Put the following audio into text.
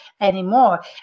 anymore